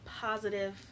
positive